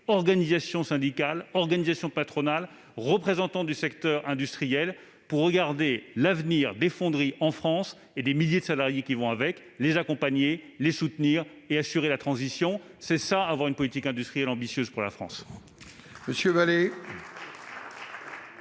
organisations syndicales et patronales, représentants du secteur industriel, etc. -pour regarder l'avenir des fonderies en France et des milliers de salariés concernés. Les accompagner, les soutenir et assurer la transition, c'est cela avoir une politique industrielle ambitieuse pour la France